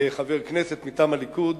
כחבר כנסת מטעם הליכוד